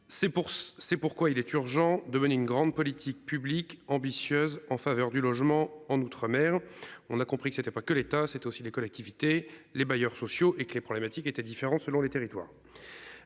C'est pourquoi il est urgent de mener une grande politique publique ambitieuse en faveur du logement en outre-mer on a compris que c'était pas que l'État, c'est aussi les collectivités, les bailleurs sociaux et que les problématiques était différent selon les territoires.